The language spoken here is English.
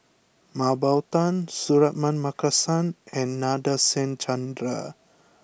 Mah Bow Tan Suratman Markasan and Nadasen Chandra